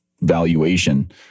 valuation